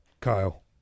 Kyle